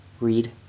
read